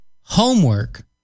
homework